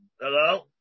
Hello